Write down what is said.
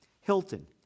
Hilton